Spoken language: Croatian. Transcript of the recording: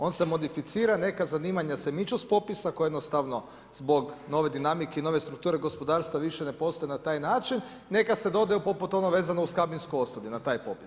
On se modificira, neka zanimanja se miču s popisa, jednostavno zbog nove dinamike i nove strukture gospodarstva, više ne postoje na taj način, neka se dodaju poput ono vezano uz kabinsko osoblje, na taj popis.